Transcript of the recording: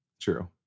True